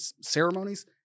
ceremonies